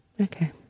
Okay